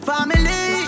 Family